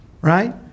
right